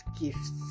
gifts